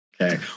Okay